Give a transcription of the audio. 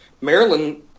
Maryland